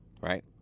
right